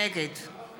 נגד